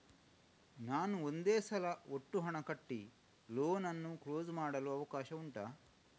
ನಾನು ಒಂದೇ ಸಲ ಒಟ್ಟು ಹಣ ಕಟ್ಟಿ ಲೋನ್ ಅನ್ನು ಕ್ಲೋಸ್ ಮಾಡಲು ಅವಕಾಶ ಉಂಟಾ